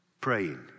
Praying